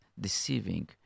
deceiving